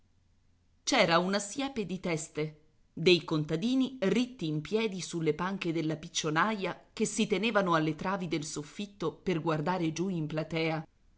c'era una siepe di teste dei contadini ritti in piedi sulle panche della piccionaia che si tenevano alle travi del soffitto per guardar giù in platea